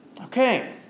Okay